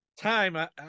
time